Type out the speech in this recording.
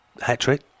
hat-trick